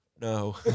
No